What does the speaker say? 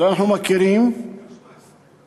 הלוא אנחנו מכירים איך 17?